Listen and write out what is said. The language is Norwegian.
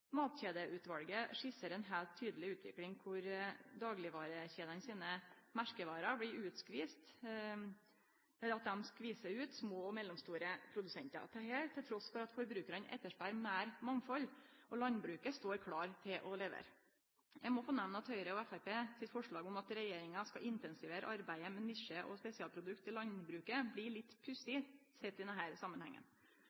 Matkjedeutvalget skisserer ei heilt tydeleg utvikling der daglegvarekjedene sine merkevarer skvisar ut små og mellomstore produsentar – dette trass i at forbrukarane spør etter meir mangfald, og landbruket står klare til å levere. Eg må få nemne at Høgre og Framstegspartiet sitt forslag om at regjeringa skal intensivere arbeidet med utvikling av nisje- og spesialprodukt i landbruket, blir litt pussig,